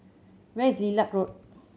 where is Lilac Road